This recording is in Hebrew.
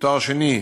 תואר שני,